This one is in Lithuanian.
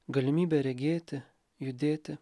galimybe regėti judėti